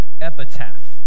epitaph